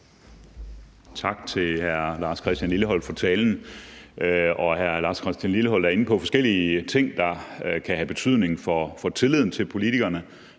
Tak til hr. Lars Christian Lilleholt for talen. Hr. Lars Christian Lilleholt er inde på forskellige ting, der kan have betydning for tilliden til politikerne,